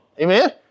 Amen